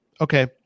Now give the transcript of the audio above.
okay